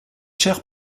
chaire